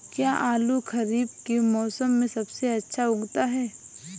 क्या आलू खरीफ के मौसम में सबसे अच्छा उगता है?